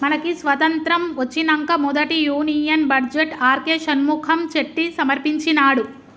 మనకి స్వతంత్రం ఒచ్చినంక మొదటి union budget R K Shanmukham Chetty సమర్పించినాడు